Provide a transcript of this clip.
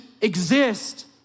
exist